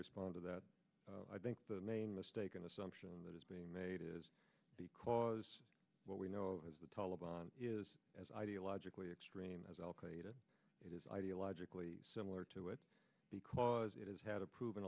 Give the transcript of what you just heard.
respond to that i think the main mistaken assumption that is being made is because what we know as the taleban is as ideologically extreme as al qaeda it is ideologically similar to it because it has had a proven